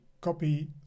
copy